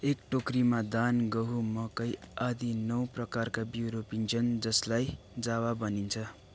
एक टोकरीमा दान गहुँ मकै आदि नौ प्रकारका बिउ रोपिन्छन् जसलाई जावा भनिन्छ